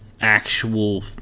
actual